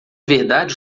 verdade